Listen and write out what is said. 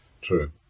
True